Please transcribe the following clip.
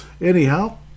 Anyhow